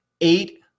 eight